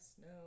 no